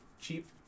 cheap